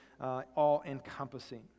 all-encompassing